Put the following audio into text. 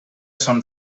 son